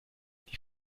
die